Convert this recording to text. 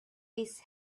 this